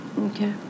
Okay